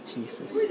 Jesus